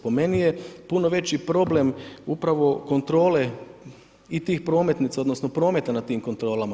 Po meni je puno veći problem upravo kontrole i tih prometnica, odnosno, prometa na tim kontrolama.